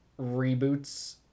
reboots